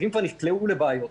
עסקים כבר נקלעו לבעיות.